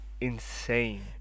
Insane